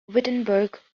wittenberg